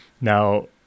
Now